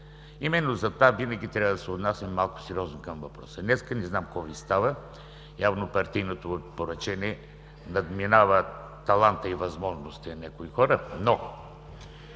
Именно затова винаги трябва да се отнасяме малко сериозно към въпроса. Днес не знам какво Ви става – явно партийното поръчение надминава таланта и възможностите на някои хора, но